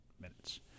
minutes